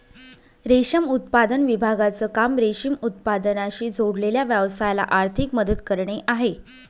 रेशम उत्पादन विभागाचं काम रेशीम उत्पादनाशी जोडलेल्या व्यवसायाला आर्थिक मदत करणे आहे